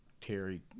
Terry